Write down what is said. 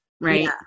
Right